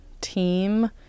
team